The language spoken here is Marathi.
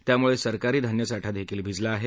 त्यामुळे सरकारी धान्यसाठीदेखील भिजला आहे